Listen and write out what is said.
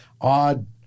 odd